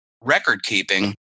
record-keeping